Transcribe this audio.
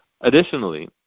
Additionally